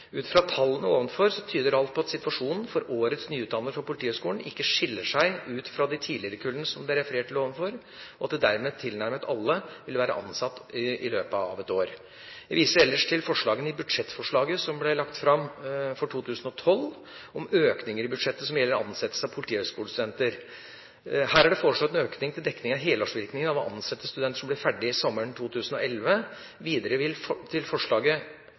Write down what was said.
ut dette året. Ut fra tallene ovenfor tyder alt på at situasjonen for årets nyutdannede fra Politihøgskolen ikke skiller seg ut fra de tidligere kullene, som det er referert til ovenfor, og at dermed tilnærmet alle vil være ansatt i løpet av et år. Jeg viser ellers til budsjettforslaget som ble lagt fram for 2012, om økninger i budsjettet som gjelder ansettelse av politihøgskolestudenter. Her er det foreslått en økning til dekning av helårsvirkningen av å ansette studenter som ble ferdig sommeren 2011. Videre til forslaget til